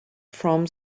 from